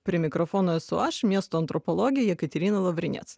prie mikrofono esu aš miesto antropologė jekaterina lavrinec